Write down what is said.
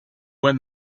win